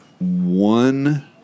one